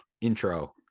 intro